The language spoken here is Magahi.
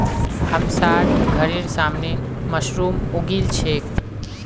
हमसार घरेर सामने मशरूम उगील छेक